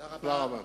תודה רבה.